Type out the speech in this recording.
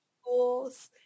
schools